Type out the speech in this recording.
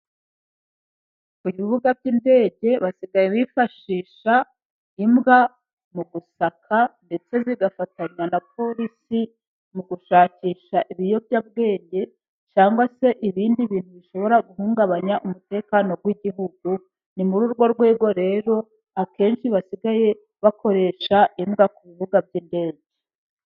Mu bibuga by'indege basigaye bifashisha imbwa mu gusaka, ndetse zigafatanya na polisi mu gushakisha ibiyobyabwenge, cyangwa se ibindi bintu bishobora guhungabanya umutekano w'igihugu. Ni muri urwo rwego rero akenshi basigaye bakoresha imbwa ku bibuga by'indege.